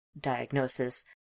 diagnosis